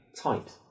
tight